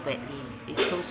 badly is so